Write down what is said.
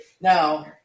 now